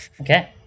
Okay